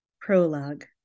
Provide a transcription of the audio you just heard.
Prologue